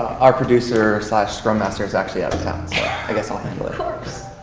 our producer slash scrum master is actually out of town, so i guess i'll handle it.